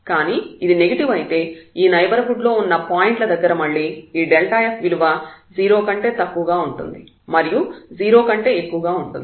కానీ ఇది నెగిటివ్ అయితే ఈ నైబర్హుడ్ లో ఉన్న పాయింట్ల దగ్గర మళ్ళీ ఈ f విలువ 0 కంటే తక్కువగా ఉంటుంది మరియు 0 కంటే ఎక్కువగా ఉంటుంది